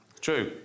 True